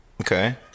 Okay